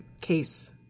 case